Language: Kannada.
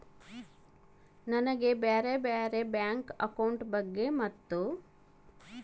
ನನಗೆ ಬ್ಯಾರೆ ಬ್ಯಾರೆ ಬ್ಯಾಂಕ್ ಅಕೌಂಟ್ ಬಗ್ಗೆ ಮತ್ತು?